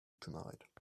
tonight